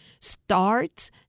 starts